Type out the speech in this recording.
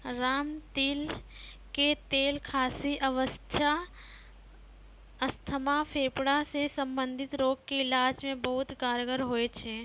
रामतिल के तेल खांसी, अस्थमा, फेफड़ा सॅ संबंधित रोग के इलाज मॅ बहुत कारगर होय छै